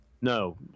No